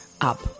up